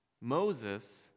Moses